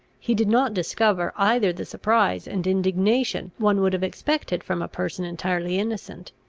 he did not discover either the surprise and indignation one would have expected from a person entirely innocent,